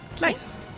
Nice